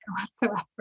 whatsoever